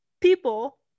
people